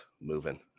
moving